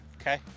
Okay